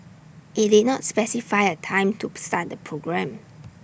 IT did not specify A time tub start the programme